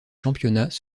championnats